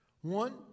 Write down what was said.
One